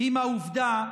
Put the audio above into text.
עם העובדה